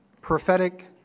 Prophetic